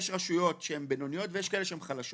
יש רשויות שהן בינוניות ויש כאלה שהן חלשות.